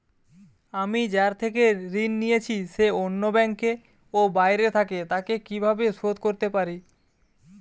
আমি যার থেকে ঋণ নিয়েছে সে অন্য ব্যাংকে ও বাইরে থাকে, তাকে কীভাবে শোধ করতে পারি?